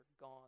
gone